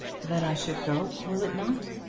that i should go will it not?